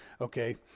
Okay